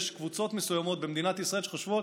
יש קבוצות מסוימות במדינת ישראל שחושבות